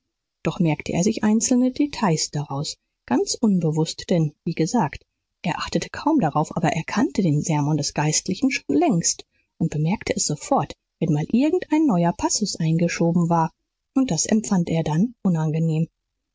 doch merkte er sich einzelne details daraus ganz unbewußt denn wie gesagt er achtete kaum darauf aber er kannte den sermon des geistlichen schon längst und bemerkte es sofort wenn mal irgend ein neuer passus eingeschoben war und das empfand er dann unangenehm